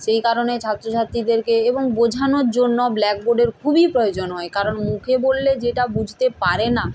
সেই কারণে ছাত্রছাত্রীদেরকে এবং বোঝানোর জন্য ব্ল্যাকবোর্ডের খুবই প্রয়োজন হয় কারণ মুখে বললে যেটা বুঝতে পারে না